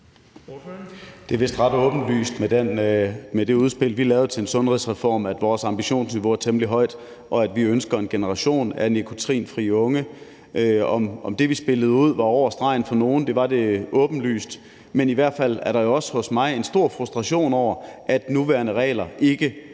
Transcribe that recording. Det er vist ret åbenlyst med det udspil, vi lavede, til en sundhedsreform, at vores ambitionsniveau er temmelig højt, og at vi ønsker en generation af nikotinfri unge. At det, vi spillede ud, var over stregen for nogen, var åbenlyst, men der er i hvert fald også hos mig en stor frustration over, at nuværende regler ikke overholdes.